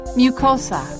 mucosa